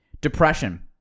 Depression